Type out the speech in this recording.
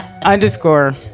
underscore